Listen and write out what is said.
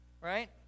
right